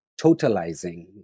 totalizing